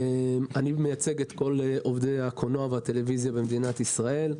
אני מייצג את כל עובדי הקולנוע והטלוויזיה במדינת ישראל.